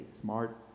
smart